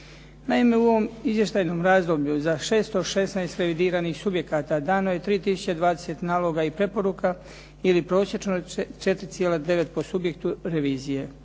Naime, u ovom izvještajnom razdoblju za 616 revidiranih subjekata dano je 3 tisuće i 20 naloga i preporuka ili prosječno 4,9 po subjektu revizije.